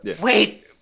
wait